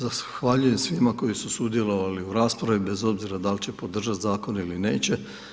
Zahvaljujem svima koji su sudjelovali u raspravi, bez obzira da li će podržati zakon ili neće.